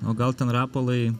o gal ten rapolai